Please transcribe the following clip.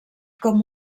com